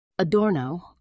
Adorno